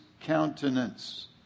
countenance